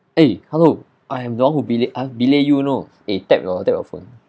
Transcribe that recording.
eh hello I am the one who belay I've belay you you know eh tap your tap your phone